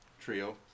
trio